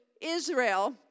Israel